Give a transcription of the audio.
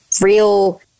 real